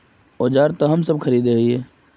औजार तो हम सब खरीदे हीये?